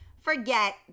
forget